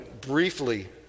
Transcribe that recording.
briefly